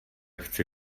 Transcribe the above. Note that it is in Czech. chci